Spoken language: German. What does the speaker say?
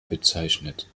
bezeichnet